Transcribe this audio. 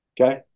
Okay